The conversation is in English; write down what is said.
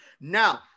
Now